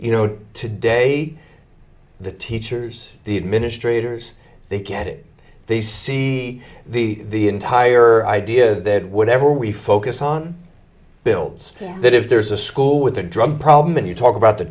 you know today the teachers the administrators they get it they see the entire idea that whatever we focus on builds that if there's a school with a drug problem and you talk about the